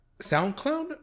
soundcloud